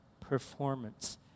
performance